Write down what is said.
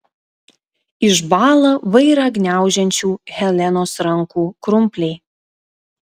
išbąla vairą gniaužiančių helenos rankų krumpliai